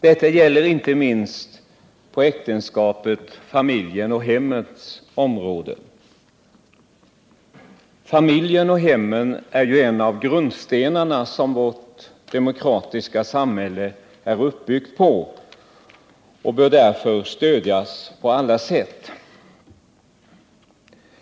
Detta gäller inte minst på äktenskapets, familjens och hemmets område. Familjen och hemmet är ju en av grundstenarna, som vårt demokratiska samhälle är uppbyggt på och bör därför stödjas på alla sätt.